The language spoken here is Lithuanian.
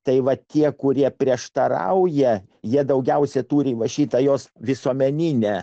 tai va tie kurie prieštarauja jie daugiausiai turi įrašytą jos visuomeninę